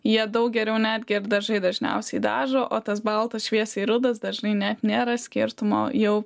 jie daug geriau netgi ir dažai dažniausiai dažo o tas baltas šviesiai rudas dažnai net nėra skirtumo jau